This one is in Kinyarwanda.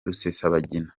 rusesabagina